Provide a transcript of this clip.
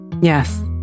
yes